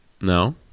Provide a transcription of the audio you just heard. No